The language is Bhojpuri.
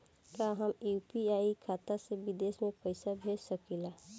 का हम यू.पी.आई खाता से विदेश म पईसा भेज सकिला?